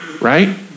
right